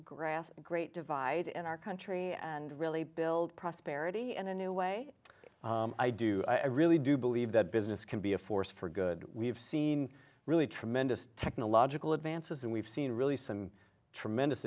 graph great divide in our country and really build prosperity and a new way i do i really do believe that business can be a force for good we've seen really tremendous technological advances and we've seen really some tremendous